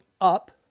up